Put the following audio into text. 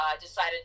decided